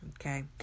okay